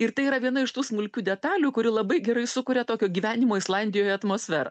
ir tai yra viena iš tų smulkių detalių kuri labai gerai sukuria tokio gyvenimo islandijoje atmosferą